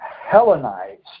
Hellenized